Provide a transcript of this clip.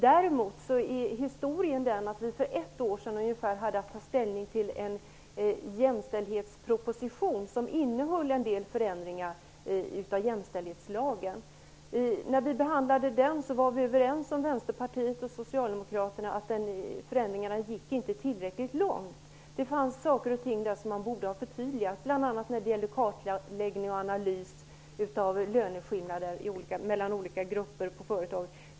Däremot är historien den att vi för ungefär ett år sedan hade att ta ställning till en jämställdhetsproposition som innehöll en del förändringar i jämställdhetslagen. När vi behandlade den var vi socialdemokrater och vänsterpartisterna överens om att förändringarna inte gick tillräckligt långt. Det fanns saker och ting som borde ha förtydligats, bl.a. när det gäller kartläggning och analys av löneskillnader mellan olika grupper i företag.